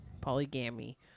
polygamy